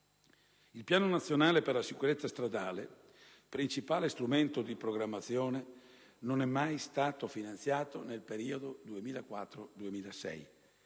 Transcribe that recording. Il Piano nazionale per la sicurezza stradale, principale strumento di programmazione, non è stato mai finanziato nel periodo 2004-2006.